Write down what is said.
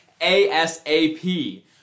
ASAP